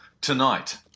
tonight